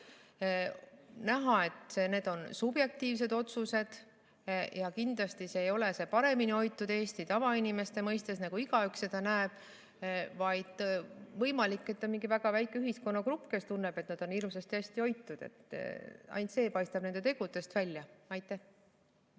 näha, et need on subjektiivsed otsused. Kindlasti ei ole see paremini hoitud Eesti tavainimese mõistes, nagu igaüks seda näeb, vaid võimalik, et on mingi väga väike ühiskonnagrupp, kes tunneb, et nad on hirmsasti hästi hoitud. Ainult see paistab nende tegudest välja. Tänan!